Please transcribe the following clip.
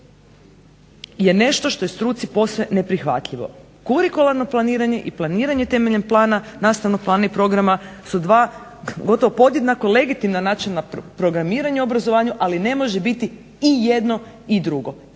je nešto što je struci posve neprihvatljivo. Kurikularno planiranje i planiranje temeljem plana nastavnog plana i programa su dva gotovo podjednako legitimna načina programiranja u obrazovanju, ali ne može biti i jedno i drugo.